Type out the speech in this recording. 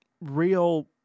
real